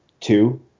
Two